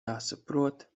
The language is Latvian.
jāsaprot